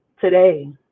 today